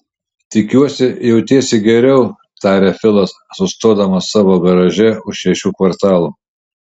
tikiuosi jautiesi geriau tarė filas sustodamas savo garaže už šešių kvartalų